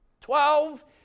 Twelve